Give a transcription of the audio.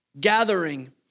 gathering